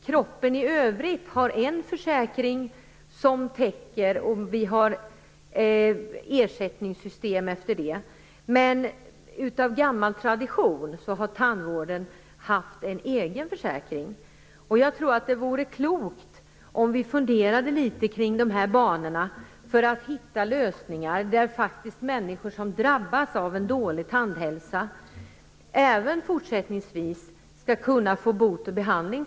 Kroppen i övrigt täcks av en försäkring så långt ersättningssystemet räcker, men av gammal tradition har tandvården haft en egen försäkring. Jag tror att det vore klokt om vi funderade litet i dessa banor för att hitta lösningar som gör att människor som drabbas av en dålig tandhälsa även fortsättningsvis skall kunna få bot och behandling.